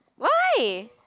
why